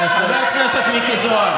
ריסקת את מחנה הימין.